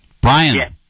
Brian